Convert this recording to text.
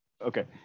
Okay